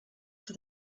for